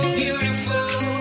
beautiful